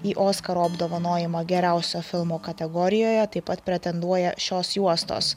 į oskaro apdovanojimą geriausio filmo kategorijoje taip pat pretenduoja šios juostos